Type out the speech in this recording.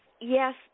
Yes